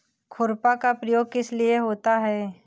खुरपा का प्रयोग किस लिए होता है?